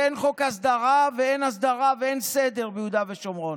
ואין חוק הסדרה ואין הסדרה ואין סדר ביהודה ושומרון.